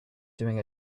doing